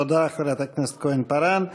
תודה לחברת הכנסת כהן-פארן.